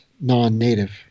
non-native